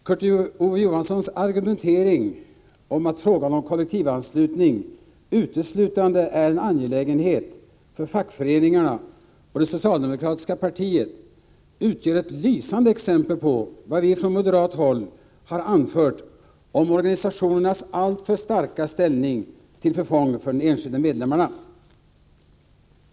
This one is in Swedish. Herr talman! Kurt Ove Johanssons argumentering att frågan om kollektivanslutning uteslutande är en angelägenhet för fackföreningarna och det socialdemokratiska partiet utgör ett lysande exempel på vad vi från moderat håll har anfört om organisationernas alltför starka ställning till förfång för de enskilda medlemmarna.